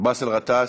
באסל גטאס,